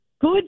Good